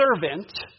servant